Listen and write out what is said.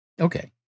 Okay